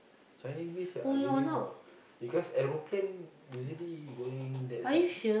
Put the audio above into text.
Changi-Beach I believe no because aeroplane usually going that side